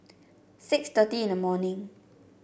six thirty in the morning